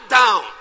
down